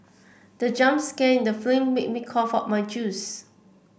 the jump scare in the film made me cough out my juice